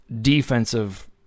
defensive